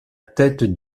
tête